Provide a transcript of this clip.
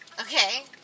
Okay